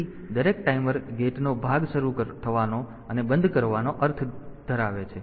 તેથી દરેક ટાઈમર ગેટનો ભાગ શરૂ થવાનો અને બંધ કરવાનો અર્થ ધરાવે છે